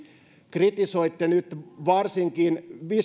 kritisoitte nyt varsinkin